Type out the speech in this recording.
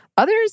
Others